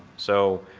so,